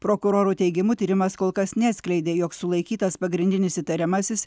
prokurorų teigimu tyrimas kol kas neatskleidė jog sulaikytas pagrindinis įtariamasis